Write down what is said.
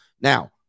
Now